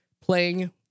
playing